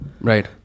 Right